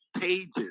pages